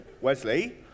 Wesley